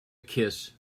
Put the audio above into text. kiss